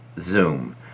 Zoom